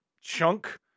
chunk